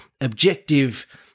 objective